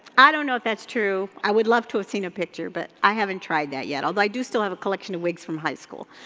i don't know if that's true, i would love to have seen a picture but i haven't tried that yet, although i do still have a collection of wigs from high school.